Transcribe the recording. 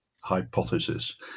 hypothesis